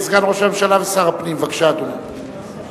כבוד סגן ראש הממשלה ושר הפנים, בבקשה, אדוני.